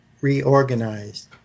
reorganized